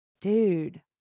dude